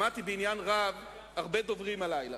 שמעתי בעניין רב הרבה דוברים הלילה,